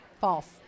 False